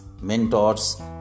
mentors